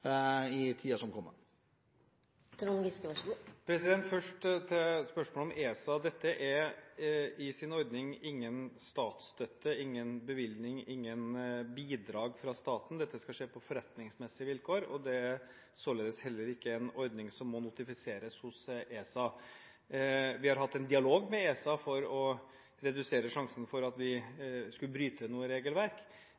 sin ordning ingen statsstøtte, ingen bevilgning, ingen bidrag fra staten. Dette skal skje på forretningsmessige vilkår, og det er således heller ikke en ordning som må notifiseres hos ESA. Vi har hatt en dialog med ESA for å redusere sjansen for at vi